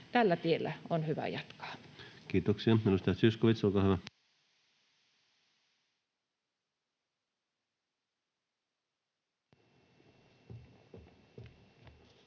Tällä tiellä on hyvä jatkaa. Kiitoksia.